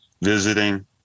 visiting